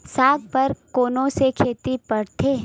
साग बर कोन से खेती परथे?